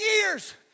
years